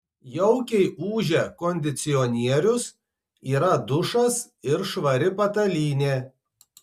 jaukiai ūžia kondicionierius yra dušas ir švari patalynė